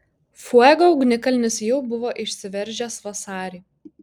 fuego ugnikalnis jau buvo išsiveržęs vasarį